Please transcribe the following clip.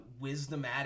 wisdomatic